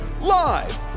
live